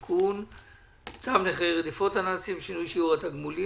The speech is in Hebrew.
צו רדיפות הנאצים (שינוי שיעור התגמולים),